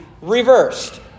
reversed